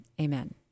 amen